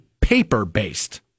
paper-based